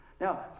Now